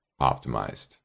optimized